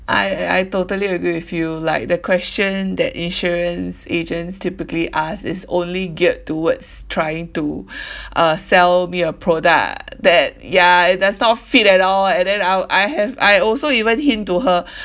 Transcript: I I I totally agree with you like the question that insurance agents typically ask is only geared towards trying to uh sell me a product that ya it does not fit at all and then I'll I have I also even hint to her